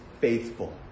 faithful